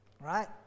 right